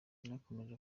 yanakomeje